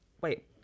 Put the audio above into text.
wait